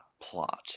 plot